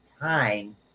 time